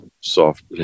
soft